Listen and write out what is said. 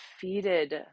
defeated